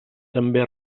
també